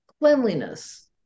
cleanliness